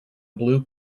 blue